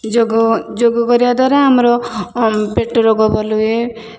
ଯୋଗ ଯୋଗ କରିବା ଦ୍ୱାରା ଆମର ପେଟ ରୋଗ ଭଲ ହୁଏ